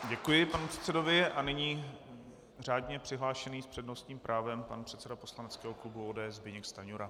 Děkuji panu předsedovi a nyní řádně přihlášený s přednostním právem pan předseda poslaneckého klubu ODS Zbyněk Stanjura.